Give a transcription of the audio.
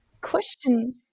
Question